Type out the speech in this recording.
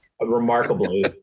remarkably